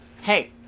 hey